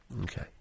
Okay